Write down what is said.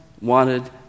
wanted